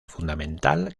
fundamental